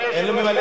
אני רואה